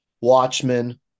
Watchmen